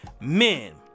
men